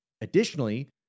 additionally